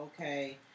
Okay